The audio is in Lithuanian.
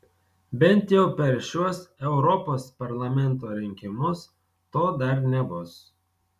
bent jau per šiuos europos parlamento rinkimus to dar nebus